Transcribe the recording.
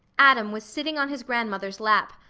adam was sitting on his grandmother's lap.